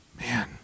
Man